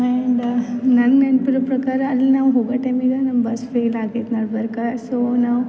and ನಂಗೆ ನೆನಪಿರೋ ಪ್ರಕಾರ ಅಲ್ಲಿ ನಾವು ಹೋಗೋ ಟೈಮಿಗೆ ನಮ್ಮ ಬಸ್ ಫೇಲ್ ಆಗೈತಿ ನಡುಬರ್ಕ ಸೊ ನಾವು